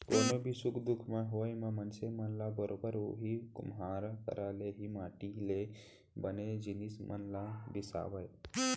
कोनो भी सुख दुख के होय म मनसे मन ह बरोबर उही कुम्हार करा ले ही माटी ले बने जिनिस मन ल बिसावय